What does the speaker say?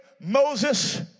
Moses